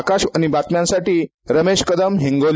आकाशवाणी बातम्यांसाठी रमेश कदम हिंगोली